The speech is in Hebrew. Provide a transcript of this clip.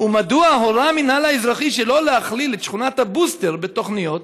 2. מדוע הורה המינהל האזרחי שלא להכליל את שכונת הבוסטר בתוכניות,